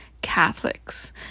catholics